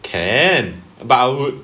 can but I would